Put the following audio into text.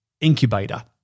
incubator